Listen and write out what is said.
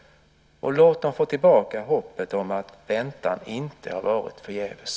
Låt dem få tillbaka hoppet om att väntan inte har varit förgäves!